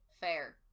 fair